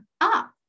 up